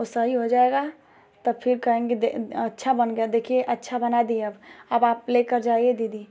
वह सही हो जाएगाा तब फिर कहेंगे दे अच्छा बन गया देखिए अच्छा बना दिए अब अब आप लेकर जाइए दीदी